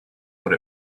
what